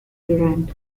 durant